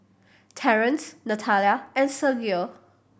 Terance Natalia and Sergio